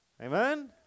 Amen